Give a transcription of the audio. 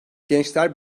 gençler